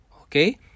okay